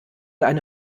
eine